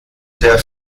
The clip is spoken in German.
der